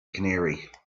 canary